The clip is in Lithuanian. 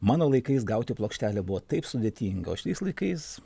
mano laikais gauti plokštelę buvo taip sudėtinga o šiais laikais